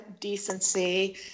decency